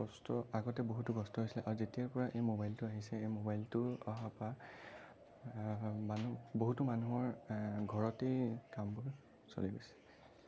কষ্ট আগতে বহুতো কষ্ট হৈছিলে আৰু যেতিয়াৰ পৰা এই ম'বাইলটো আহিছে এই ম'বাইলটো অহাৰ পৰা মানুহ বহুতো মানুহৰ ঘৰতেই কামবোৰ চলি গৈছে